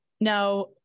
now